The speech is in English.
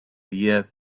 year